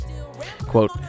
quote